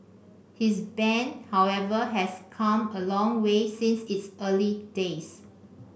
his band however has come a long way since its early days